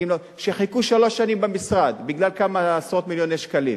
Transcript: שחיכו שלוש שנים במשרד בגלל כמה עשרות מיליוני שקלים,